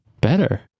Better